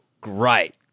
great